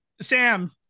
Sam